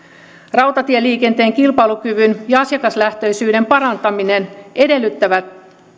rautatieliikenteen kilpailukyvyn ja asiakaslähtöisyyden parantaminen edellyttävät